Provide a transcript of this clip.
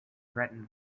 threatened